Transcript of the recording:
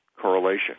correlation